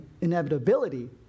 inevitability